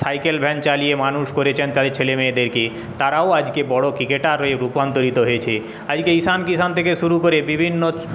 cycle van চালিয়ে মানুষ করেছেন তাদের ছেলেমেয়েদেরকে তারাও আজকে বড় ক্রিকেটার হয়ে রূপান্তরিত হয়েছে আজকে ঈশান কিষাণ থেকে শুরু করে বিভিন্ন